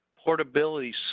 Portability